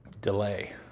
delay